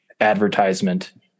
advertisement